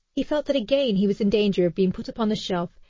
he felt that again he was in danger of being put upon the shelf,